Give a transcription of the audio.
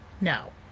no